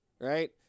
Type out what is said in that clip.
Right